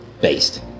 based